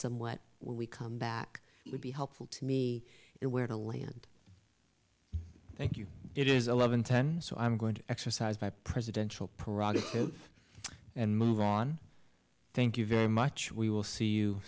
somewhat when we come back it would be helpful to me it where to land thank you it is eleven ten so i'm going to exercise my presidential prerogative and move ron thank you very much we will see you